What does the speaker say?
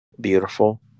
beautiful